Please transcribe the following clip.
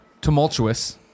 Tumultuous